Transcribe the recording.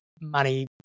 money